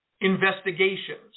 investigations